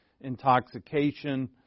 intoxication